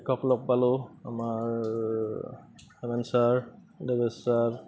শিক্ষক লগ পালোঁ আমাৰ হেমেন ছাৰ দেৱেশ্বৰ ছাৰ